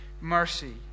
mercy